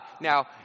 Now